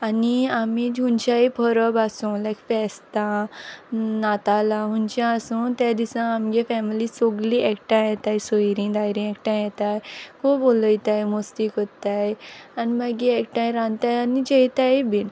आनी आमी हुंयचेय परब आसूं लायक फेस्तां नातालां हुंयचे आसूं ते दिसा आमगे फेमिली सोगली एकठांय येताय सोयरीं दायरीं एकठांय येताय खूब उलोयताय मोस्ती कोत्ताय आनी मागी एकठांय रांदताय आनी जेयतायी बीन